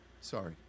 Sorry